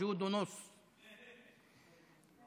(אומר בערבית: נמצא וחצי.).